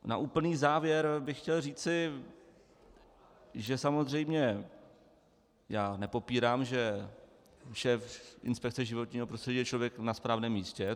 Na úplný závěr bych chtěl říci, že samozřejmě nepopírám, že šéf inspekce životního prostředí je člověk na správném místě.